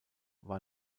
war